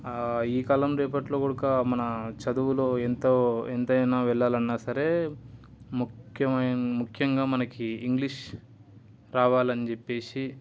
ఈ కాలం రేపట్లో కూడక మన చదువులో ఎంతో ఎంతైనా వెళ్ళాలన్నా సరే ముఖ్యమైనది ముఖ్యంగా మనకి ఇంగ్లీష్ రావాలని చెప్పేసి